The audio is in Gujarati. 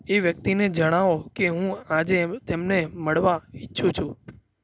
એ વ્યક્તિને જણાવો કે હું આજે તેમને મળવા ઈચ્છું છું